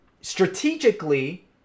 strategically